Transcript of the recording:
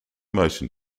motion